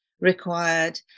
required